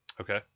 Okay